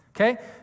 Okay